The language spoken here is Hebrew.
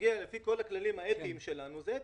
לפי כל הכללים האתיים, מגיע להם.